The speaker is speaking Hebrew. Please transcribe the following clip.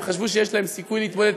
הם חשבו שיש להם סיכוי להתמודד,